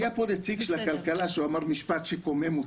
היה פה נציג של הכלכלה שאמר משפט שקומם אותי,